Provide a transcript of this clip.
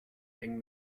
eng